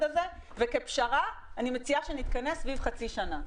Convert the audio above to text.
הזה וכפשרה אני מציעה שנתכנס סביב חצי שנה.